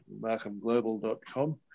markhamglobal.com